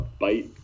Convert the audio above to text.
bite